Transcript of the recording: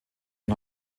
und